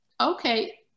Okay